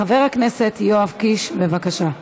חבר הכנסת יואב קיש, בבקשה.